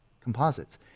composites